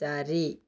ଚାରି